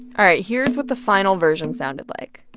all right. here's what the final version sounded like